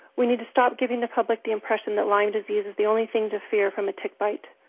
we need to stop giving the public the impression that lyme disease is the only thing to fear from a tick bite.